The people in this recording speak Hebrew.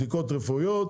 בדיקות רפואיות